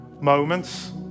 moments